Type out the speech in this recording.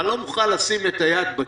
אבל אני לא מוכן לשים יד בכיס שלה.